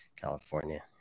California